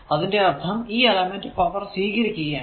അതിന്റെ അർഥം ഈ എലമെന്റ് പവർ സ്വീകരിക്കുകയാണ്